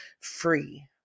free